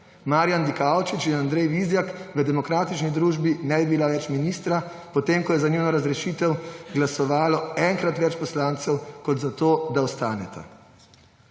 Marjan Dikaučič in Andrej Vizjak v demokratični družbi ne bi bila več ministra, potem ko je za njuno razrešitev glasovalo enkrat več poslancev kot za to, da ostaneta.